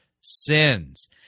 sins